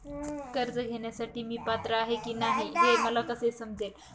कर्ज घेण्यासाठी मी पात्र आहे की नाही हे मला कसे समजेल?